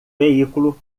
veículo